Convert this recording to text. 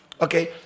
Okay